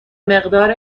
مقدار